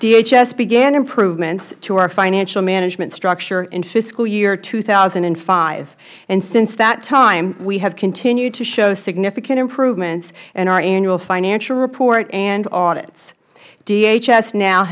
dhs began improvements to our financial management structure in fiscal year two thousand and five and since that time we have continued to show significant improvements in our annual financial report and audits